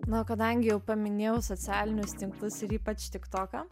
na o kadangi jau paminėjau socialinius tinklus ir ypač tiktoką